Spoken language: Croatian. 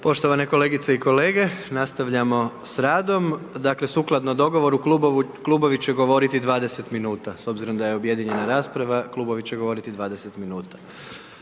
Poštovane kolegice i kolege, nastavljamo s radom. Dakle sukladno dogovoru klubovi će govoriti 20 minuta, s obzirom da je objedinjena rasprava, klubovi će govoriti 20 minuta.